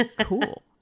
Cool